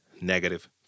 negative